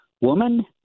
woman